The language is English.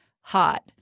hot